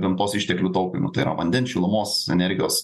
gamtos išteklių taupymo tai yra vandens šilumos energijos